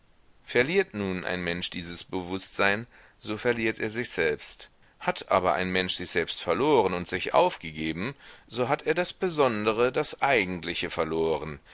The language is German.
verliert nun ein mensch dieses bewußtsein so verliert er sich selbst hat aber ein mensch sich selbst verloren und sich aufgegeben so hat er das besondere das eigentliche verloren